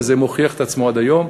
וזה מוכיח את עצמו עד היום,